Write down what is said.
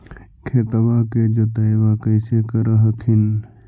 खेतबा के जोतय्बा कैसे कर हखिन?